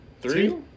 three